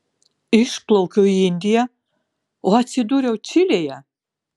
išplaukiau į indiją o atsidūriau čilėje